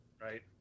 Right